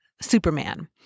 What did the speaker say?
Superman